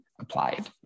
applied